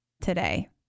today